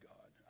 God